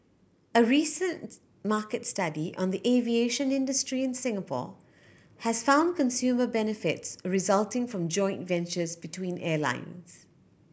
a recent market study on the aviation industry in Singapore has found consumer benefits resulting from joint ventures between airlines